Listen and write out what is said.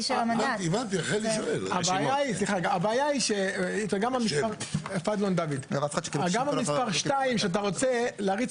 הבעיה היא שגם מספר 2 שאתה רוצה להריץ